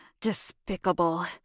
Despicable